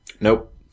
Nope